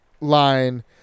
line